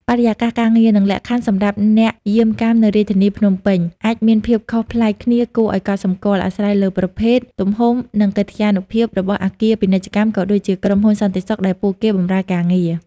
បរិយាកាសការងារ និងលក្ខខណ្ឌសម្រាប់អ្នកយាមកាមនៅរាជធានីភ្នំពេញ អាចមានភាពខុសប្លែកគ្នាគួរឲ្យកត់សម្គាល់ អាស្រ័យលើប្រភេទ ទំហំ និងកិត្យានុភាពរបស់អគារពាណិជ្ជកម្ម ក៏ដូចជា ក្រុមហ៊ុនសន្តិសុខដែលពួកគេបម្រើការងារ។